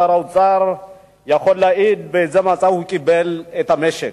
שר האוצר יכול להעיד באיזה מצב הוא קיבל את המשק.